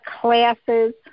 classes